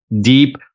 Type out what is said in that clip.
deep